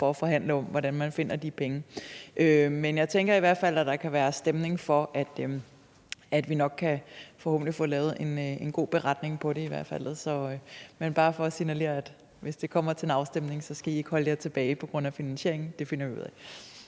for at forhandle om, hvordan man finder de penge. Men jeg tænker i hvert fald, at der være stemning for, at vi nok forhåbentlig kan få lavet en god beretning på det. Men det var bare for at signalere, at hvis det kommer til en afstemning, skal I ikke holde jer tilbage på grund af finansieringen – det finder vi ud